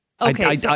Okay